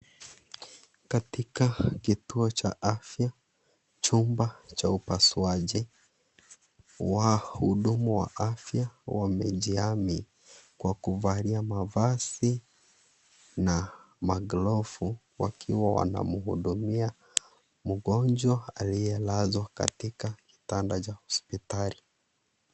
Katika kituo cha afya chumba cha upasuaji wahudumu wa afya wamejihami kwa kuvalia mavazi na maglovu wakiwa wanamhudumia mgonjwa aliyelazwa katika kitanda cha hospitali.